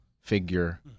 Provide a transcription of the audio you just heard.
figure